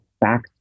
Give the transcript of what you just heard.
back